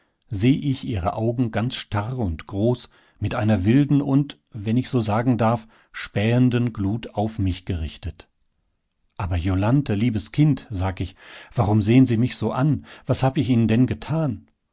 seh ich ihre augen ganz starr und groß mit einer wilden und wenn ich so sagen darf spähenden glut auf mich gerichtet aber jolanthe liebes kind sag ich warum sehen sie mich so an was hab ich ihnen denn getan